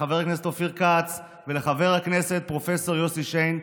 לחבר הכנסת אופיר כץ ולחבר הכנסת פרופ' יוסי שיין,